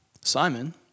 Simon